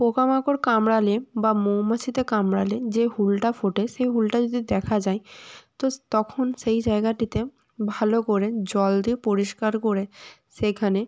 পোকা মাকড় কামড়ালে বা মৌমাছিতে কামড়ালে যে হুলটা ফোটে সেই হুলটা যদি দেখা যায় তো তখন সেই জায়গাটিতে ভালো করে জল দিয়ে পরিস্কার করে সেখানে